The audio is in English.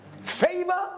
favor